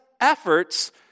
efforts